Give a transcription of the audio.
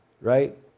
right